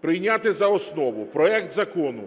прийняти за основу проект Закону